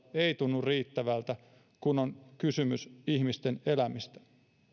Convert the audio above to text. ei tunnu riittävältä kun on kysymys ihmisten elämistä